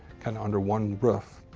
kind of under one roof,